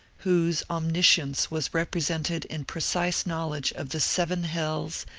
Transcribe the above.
whose omniscience was represented in precise knowledge of the seven hells,